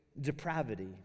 depravity